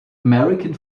american